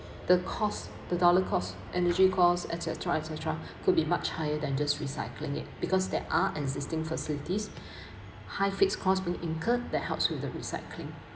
the cost the dollar cost energy costs etcetera etcetera could be much higher than just recycling it because there are existing facilities high fixed costs being incurred that helps with the recycling